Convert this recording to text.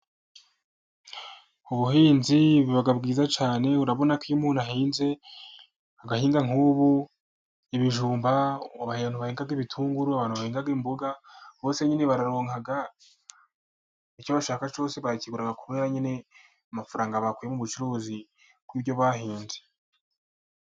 Ubuhinzi buba bwiza cyane, urabona ko iyo umuntu ahinze agahinga nk'ubu ibijumba, abantu bahinga ibitunguru, abantu bahinga imboga, bose nyine bararonka icyo bashaka cyose barakigura, kubera amafaranga bakuye mu bucuruzi kubyo bahinze.